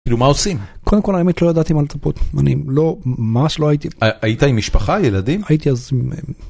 כאילו, מה עושים? -קודם כל, האמת, לא ידעתי מה לצפות. אני לא, ממש לא הייתי... -היית עם משפחה, ילדים? -הייתי אז עם...